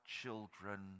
children